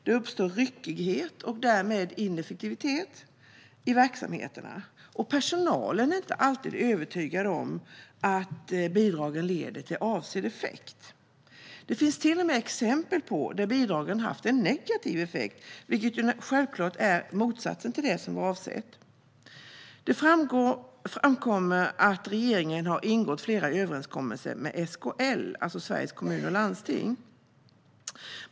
Det uppstår ryckighet och därmed ineffektivitet i verksamheterna. Personalen är inte alltid övertygad om att bidragen leder till avsedd effekt. Det finns till och med exempel på att bidragen har haft en negativ effekt, vilket självklart är motsatsen till det som avsetts. Det framkommer att regeringen har ingått flera överenskommelser med SKL, Sveriges Kommuner och Landsting.